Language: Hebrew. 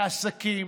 לעסקים,